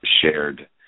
shared